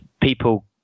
people